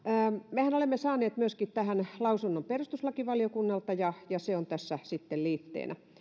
mehän olemme saaneet myöskin tähän lausunnon perustuslakivaliokunnalta ja ja se on tässä liitteenä